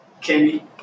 Kenny